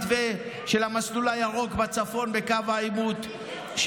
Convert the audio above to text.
הרחבת המתווה של המסלול הירוק בצפון בקו העימות,